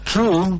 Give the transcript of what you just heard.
True